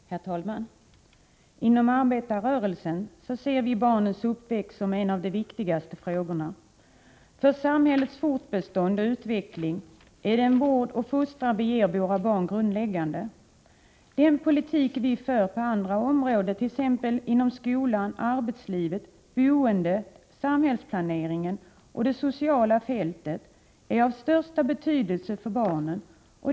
Herr talman! Inom arbetarrörelsen ser vi barnens uppväxt som en av de viktigaste frågorna. För samhällets fortbestånd och utveckling är den vård och fostran vi ger våra barn grundläggande. Den politik som vi för på andra områden, exempelvis skolan, arbetslivet, boendet, samhällsplaneringen och det sociala fältet är av största betydelse för barnen.